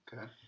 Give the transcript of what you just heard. Okay